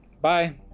Bye